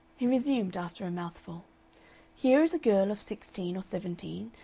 he resumed, after a mouthful here is a girl of sixteen or seventeen,